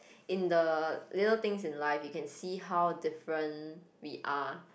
in the little things in life you can see how different we are